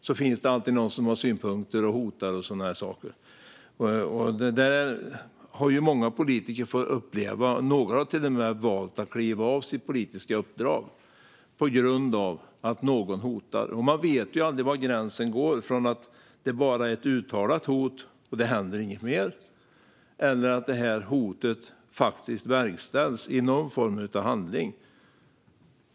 Det finns alltid någon som har synpunkter och som hotar. Det har många politiker fått uppleva. Några har till och med valt att kliva av sina politiska uppdrag på grund av att någon har hotat. Man vet aldrig var gränsen går. Är det bara ett uttalat hot, och det händer inget mer? Eller kommer hotet att verkställas i någon form av handling?